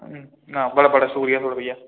हां हां बड़ा बड़ा शुक्रिया थुआढ़ा बइया